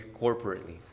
corporately